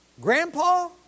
grandpa